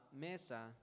mesa